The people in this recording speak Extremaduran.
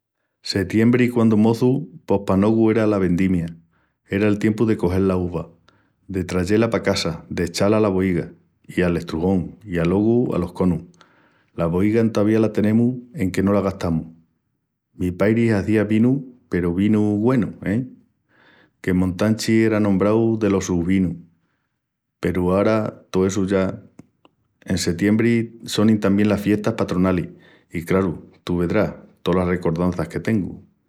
Setiembri quandu moçu pos pa nogu era la vendimia, era el tiempu de cogel la uva, de trayé-la pa casa, d'echá-la ala boiga i al estrujón i alogu alos conus. La boiga entovía la tenemus enque no la gastamus. Mi pairi hazía vinus peru vinus güenus, e? Que Montanchi era anombrau delos sus vinus. peru ara tó essu ya... En setiembri sonin tamién las fiestas patronalis i craru, tú vedrás tolas recordanças que tengu.